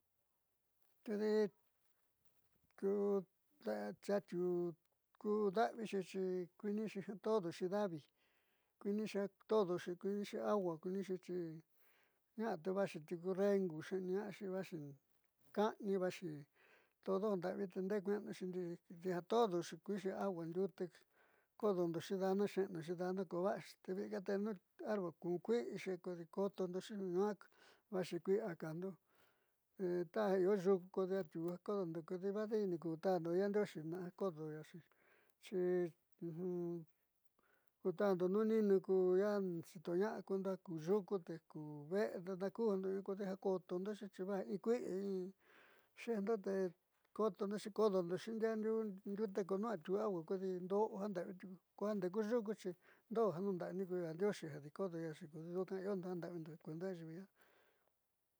Tedi ku da'avixi xi kuiinixi ja toodoxi kuiinixi agua kuiinixi xi na'a te vuxi tiuku rengu xe'eni'inaáxi vaxi ka'ani vaxi todo janda'avi ndeé kue'enu xi ndii ja todoxi kuinixi agua ndiute kodondoxi daa naaxe'enuxi da'a nakova'axi te vi'ika tenu arbol kun kui'ixi kodi kotoxi nua'a vaxi kui'i jakujndo taja io yuku kodi atiuu ja kodondo kodi vadii ni ku taando yaandióxi na'a nakodoñaaxi xi ku ta'andu nuninu ku ya xiitona'a kundo ja ku yuku te ku ve'endo naakujndo in kodeja kotondoxi kodondoxi ndiaa ndiuu ndiute te nuja atiuu agua kodi ndo'o jan nda'avi ndo'o jan nda'avi tiuku ja jandeéku yuku xi ndo'o nun da'a ku yandioxi ja kodono'oxi kodi nduka iondo jan da'avindo kuendalia.